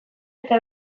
eta